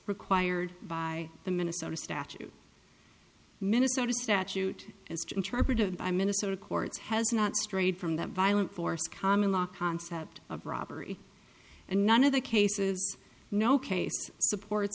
required by the minnesota statute minnesota statute as interpreted by minnesota courts has not strayed from that violent force common law concept of robbery and none of the cases no case supports